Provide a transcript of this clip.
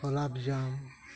ᱜᱳᱞᱟᱯ ᱡᱟᱢ